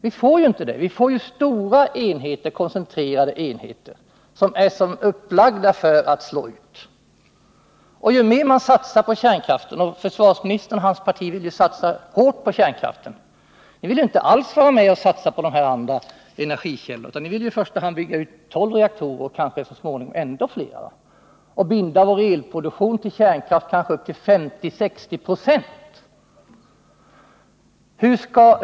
Vi får ju stora koncentrerade enheter som är som upplagda för att slås ut. Försvarsministern och hans parti vill ju satsa hårt på kärnkraften och inte alls satsa på andra energikällor, utan i första hand bygga 12 reaktorer och så småningom kanske ännu fler, och på det viset binda vår elproduktion till kärnkraften med upp till kanske 50-60 96.